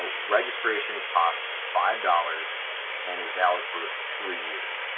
registration costs five dollars and is valid for three years.